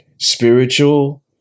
Spiritual